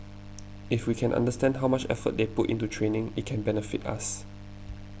if we can understand how much effort they put into training it can benefit us